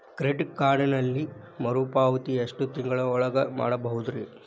Credit ಕಾರ್ಡಿನಲ್ಲಿ ಮರುಪಾವತಿ ಎಷ್ಟು ತಿಂಗಳ ಒಳಗ ಮಾಡಬಹುದ್ರಿ?